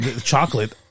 chocolate